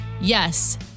yes